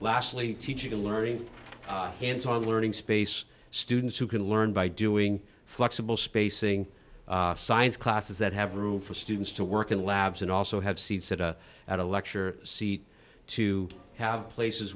lastly teaching and learning hands on learning space students who can learn by doing flexible spacing science classes that have room for students to work in labs and also have seats at a lecture seat to have places